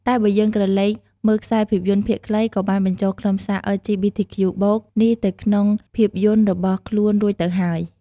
តែបើយើងក្រឡេកមើលខ្សែភាពយន្តភាគខ្លី គឺបានបញ្ចូលខ្លឹមសារ អិល ជី ប៊ី ធី ខ្ជូ បូក (LGBTQ+)នេះទៅក្នុងភាពយន្ដរបស់ខ្លួនរួចទៅហើយ។